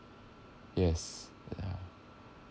yes ya